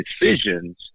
decisions